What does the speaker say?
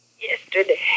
Yesterday